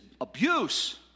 abuse